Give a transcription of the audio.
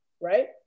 right